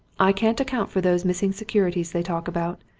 i can't account for those missing securities they talk about,